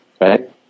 right